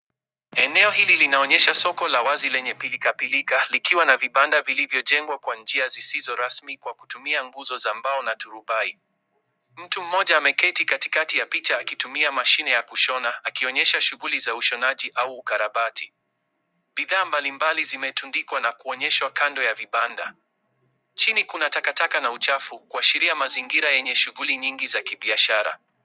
Eneo hili linaonyesha soko la wazi lenye pilkapilka likiwa na vibanda vilivyojengwa kwa njia zisizo rasmi kwa kutumia nguzo za mbao na turubahi. Mtu mmoja ameketi katikati ya picha akitumia mashine ya kushona akionyesha shughuli za ushonaji au ukarabati. Bidhaa mbalimbali zimetundikwa na kuonyeshwa kando ya vibanda. Chini kuna takataka na uchafu kuashiria mazingira yenye shughuli nyingi za kibiashara.